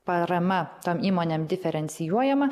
parama tom įmonėm diferencijuojama